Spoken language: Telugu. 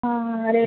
రే